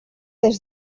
des